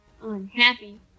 Unhappy